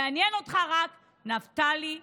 מעניין אותך רק נפתלי בנט.